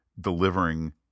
delivering